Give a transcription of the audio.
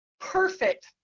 perfect